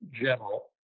general